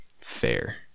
fair